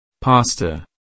Pasta